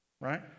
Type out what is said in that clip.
right